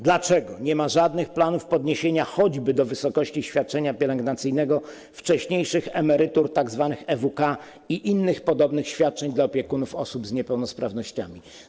Dlaczego nie ma żadnych planów dotyczących podwyższenia choćby do wysokości świadczenia pielęgnacyjnego wcześniejszych emerytur, tzw. EWK, i innych podobnych świadczeń dla opiekunów osób z niepełnosprawnościami?